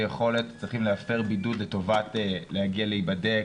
יכולת צריכים להפר בידוד לטובת הצורך להגיע להיבדק